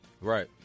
Right